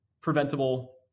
preventable